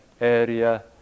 area